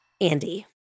Andy